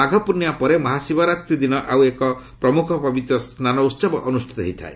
ମାଘପୂର୍ଣ୍ଣିମା ପରେ ମହାଶିବରାତ୍ରି ଦିନ ଆଉ ଏକ ପ୍ରମୁଖ ପବିତ୍ର ସ୍ନାନ ଉତ୍ସବ ଅନୁଷ୍ଠିତ ହୋଇଥାଏ